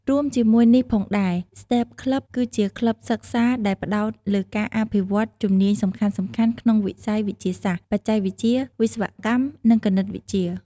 រួមជាមួយនេះផងដែរ STEM Club គឺជាក្លឹបសិក្សាដែលផ្តោតលើការអភិវឌ្ឍជំនាញសំខាន់ៗក្នុងវិស័យវិទ្យាសាស្ត្រ បច្ចេកវិទ្យា វិស្វកម្ម និងគណិតវិទ្យា ។